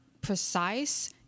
precise